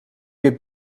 heb